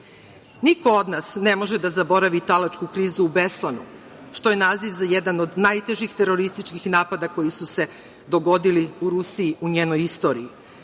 od nas ne može da zaboravi talačku krizu u Beslanu, što je naziv za jedan od najtežih terorističkih napada koji su se dogodili u Rusiji u njenoj istoriji.